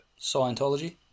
Scientology